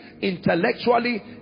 intellectually